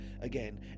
again